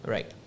Right